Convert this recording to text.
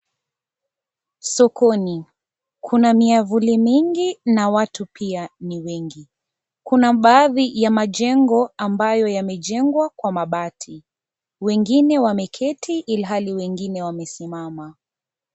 Sokoni, kuna miavuli mingi na watu pia ni wengi kuna baadhi ya majengo ambayo yamejengwa kwa mabati wengine wameketi ilhali wengine wamesimama.